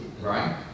right